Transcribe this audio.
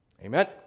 amen